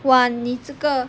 !wah! 你这个